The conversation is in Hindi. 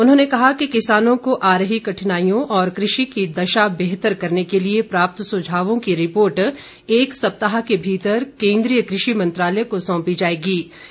उन्होंने कहा कि किसानों को आ रही कठिनाईयों और कृषि की दशा बेहतर करने के लिए प्राप्त सुझावों की रिपोर्ट एक सप्ताह के भीतर केन्द्रीय कृषि मंत्रालय को सौंपी जाएगीं